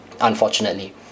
unfortunately